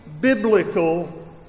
biblical